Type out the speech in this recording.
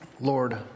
Lord